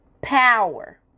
power